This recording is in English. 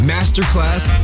Masterclass